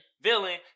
villain